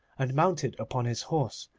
and mounted upon his horse,